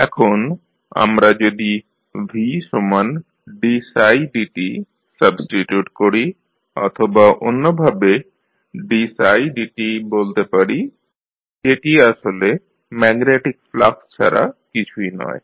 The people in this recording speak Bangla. এখন আমরা যদি Vdψdt সাবস্টিটিউট করি অথবা অন্যভাবে dψdt বলতে পারি যেটি আসলে ম্যাগনেটিক ফ্লাক্স ছাড়া কিছুই নয়